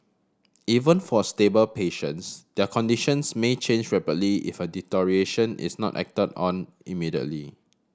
even for stable patients their conditions may change rapidly if a deterioration is not acted on immediately